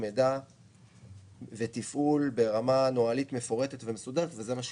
מידע ותפעול ברמה נוהלית מפורטת ומסודרת וזה מה שיהיה.